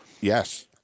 Yes